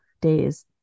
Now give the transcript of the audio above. days